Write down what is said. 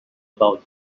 about